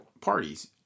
parties